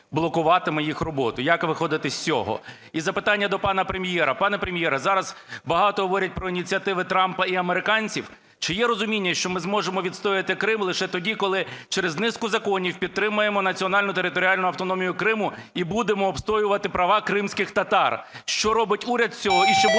блокуватиме їх роботу. Як виходити з цього? І запитання до пана Прем'єра. Пане Прем'єре, зараз багато говорять про ініціативи Трампа і американців. Чи є розуміння, що ми зможемо відстояти Крим лише тоді, коли через низку законів підтримаємо національну територіальну автономію Криму і будемо обстоювати права кримських татар? Що робить уряд з цього?